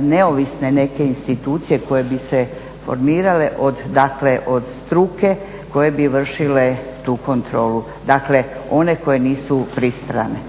neovisne neke institucije koje bi se formirale dakle od struke koje bi vršile tu kontrolu, dakle one koje nisu pristrane.